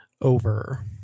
over